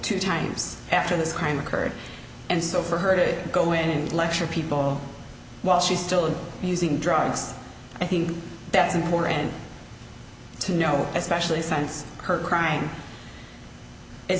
two times after this crime occurred and so for her to go in and lecture people while she still is using drugs i think that's important to know especially since her crime